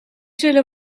zullen